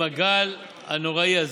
עם הגל הנוראי הזה.